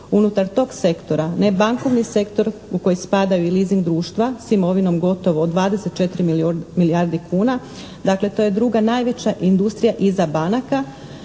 Unutar tog sektora nebankovni sektor u koji spadaju i leasing društva s imovinom od gotovo 24 milijarde kuna, dakle to je druga najveća industrija iza banaka